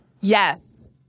Yes